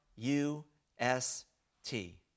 U-S-T